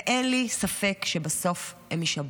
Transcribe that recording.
אין לי ספק שבסוף הם יישברו.